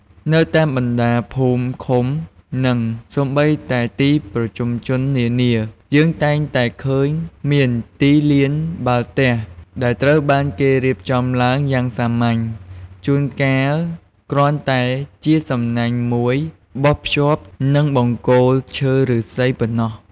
នៅតាមបណ្ដាភូមិ ឃុំ និងសូម្បីតែទីប្រជុំជននានា យើងតែងតែឃើញមានទីលានបាល់ទះដែលត្រូវបានគេរៀបចំឡើងយ៉ាងសាមញ្ញ ជួនកាលគ្រាន់តែជាសំណាញ់មួយបោះភ្ជាប់នឹងបង្គោលឈើ ឬស្សីប៉ុណ្ណោះ។